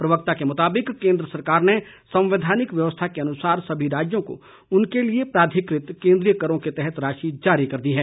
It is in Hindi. प्रवक्ता के मुताबिक केन्द्र सरकार ने संवैधानिक व्यवस्था के अनुसार सभी राज्यों को उनके लिए प्राधिकृत केन्द्रीय करों के तहत राशि जारी कर दी है